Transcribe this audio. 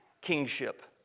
kingship